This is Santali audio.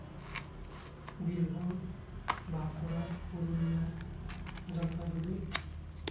ᱵᱤᱨᱵᱷᱩᱢ ᱵᱟᱸᱠᱩᱲᱟ ᱯᱩᱨᱩᱞᱤᱭᱟ ᱡᱚᱞᱯᱟᱭᱜᱩᱲᱤ